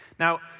Now